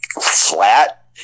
flat